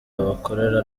abakorera